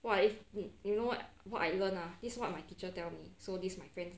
!wah! if you know what what I learn ah this what my teacher tell me so this my friends